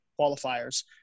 qualifiers